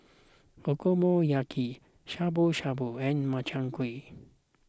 Okonomiyaki Shabu Shabu and Makchang Gui